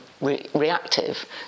reactive